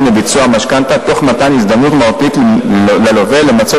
לביצוע משכנתה תוך מתן הזדמנות מהותית ללווה למצות